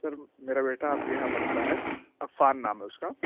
سر میرا بیٹا آپ کے یہاں پڑھتا ہے عفان نام ہے اس کا